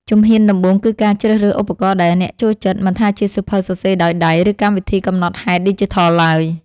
ជំហានដំបូងគឺការជ្រើសរើសឧបករណ៍ដែលអ្នកចូលចិត្ត មិនថាជាសៀវភៅសរសេរដោយដៃ ឬកម្មវិធីកំណត់ហេតុឌីជីថលឡើយ។